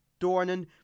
Dornan